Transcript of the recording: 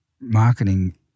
marketing